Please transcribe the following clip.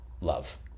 love